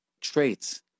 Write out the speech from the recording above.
traits